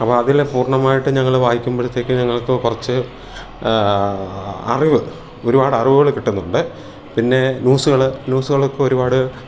അപ്പം അതിൽ പൂർണ്ണമായിട്ട് ഞങ്ങൾ വായിക്കുമ്പോഴത്തേക്ക് ഞങ്ങൾക്ക് കുറച്ച് അറിവ് ഒരുപാട് അറിവുകൾ കിട്ടുന്നുണ്ട് പിന്നെ ന്യൂസുകൾ ന്യൂസുകളൊക്കെ ഒരുപാട്